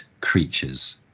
creatures